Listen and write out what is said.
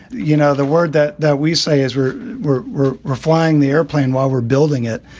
you know, the word that that we say is we're we're we're we're flying the airplane while we're building it.